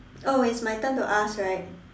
oh it's my turn to ask right